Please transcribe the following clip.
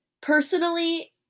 personally